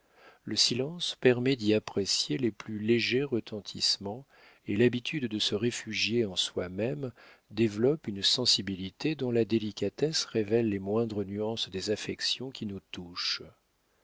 le silence permet d'y apprécier les plus légers retentissements et l'habitude de se réfugier en soi-même développe une sensibilité dont la délicatesse révèle les moindres nuances des affections qui nous touchent